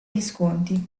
visconti